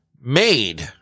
made